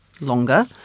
longer